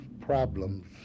problems